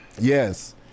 Yes